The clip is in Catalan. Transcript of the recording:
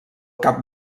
cap